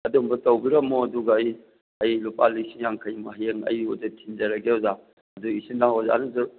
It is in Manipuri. ꯑꯗꯨꯒꯨꯝꯕ ꯇꯧꯕꯤꯔꯝꯃꯣ ꯑꯗꯨꯒ ꯑꯩ ꯂꯨꯄꯥ ꯂꯤꯁꯤꯡ ꯌꯥꯡꯈꯩꯃꯨꯛ ꯍꯌꯦꯡ ꯑꯩ ꯑꯣꯖꯥ ꯊꯤꯟꯖꯔꯒꯦ ꯑꯣꯖꯥ ꯑꯗꯨ ꯏꯆꯤꯟ ꯏꯅꯥꯎ ꯑꯣꯖꯥꯗꯨꯗ